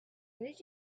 did